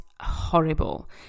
horrible